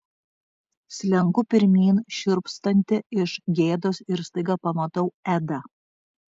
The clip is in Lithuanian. slenku pirmyn šiurpstanti iš gėdos ir staiga pamatau edą